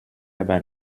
aber